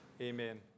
Amen